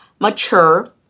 mature